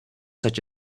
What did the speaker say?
such